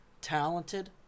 Talented